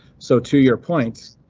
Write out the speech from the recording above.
so to your points.